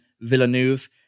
Villeneuve